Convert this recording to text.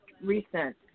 Recent